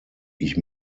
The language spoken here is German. ich